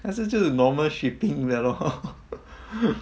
它是就是 normal shipping 的 lor